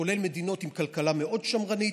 כולל מדינות עם כלכלה מאוד שמרנית,